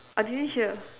I didn't hear